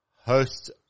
host